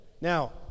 Now